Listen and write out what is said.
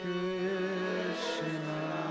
Krishna